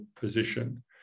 position